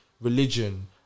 religion